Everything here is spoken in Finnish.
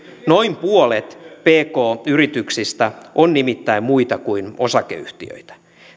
noin puolet pk yrityksistä on nimittäin muita kuin osakeyhtiöitä